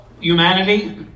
humanity